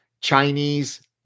Chinese